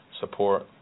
support